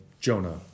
Jonah